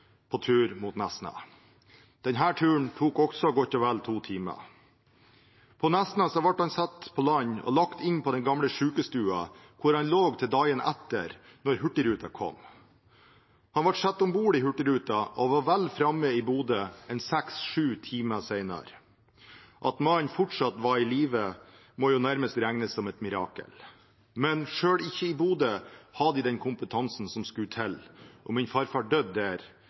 på tur mot Nesna. Denne turen tok også godt og vel to timer. På Nesna ble han satt på land og lagt inn på den gamle sykestuen, hvor han lå til dagen etter, da hurtigruta kom. Han ble satt om bord i hurtigruta og var vel framme i Bodø seks til sju timer senere. At mannen fortsatt var i live, må nærmest regnes som et mirakel. Men selv ikke i Bodø hadde de den kompetansen som skulle til, og min farfar døde der